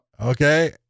Okay